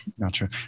Gotcha